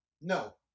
No